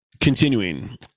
Continuing